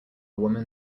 woman